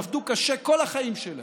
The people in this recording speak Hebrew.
עבדו קשה כל החיים שלהם.